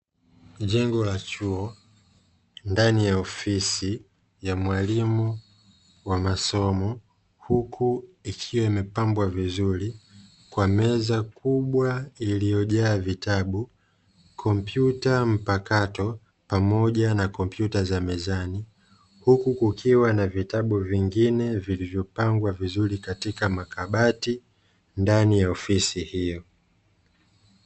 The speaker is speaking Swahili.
Jengo la chuo ndani ya ofisi ya mwalimu wa masomo huku ikiwa imepambwa kwa kompyuta mpakato na kurahisisha kazi.